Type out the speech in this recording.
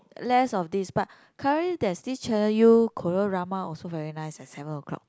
less of this but currently there's this Channel U Korea drama also very nice at seven o-clock